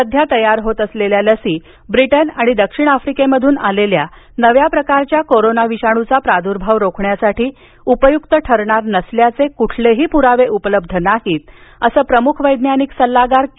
सध्या तयार होत असलेल्या लसी ब्रिटन आणि दक्षिण आफ्रिकेमधून आलेल्या नव्या प्रकारच्या कोरोना विषाणूचा प्रादुर्भाव रोखण्यासाठी उपयुक्त ठरणार नसल्याचे कुठलेही पुरावे उपलब्ध नाहीत असं प्रमुख वैज्ञानिक सल्लागार के